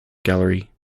gallery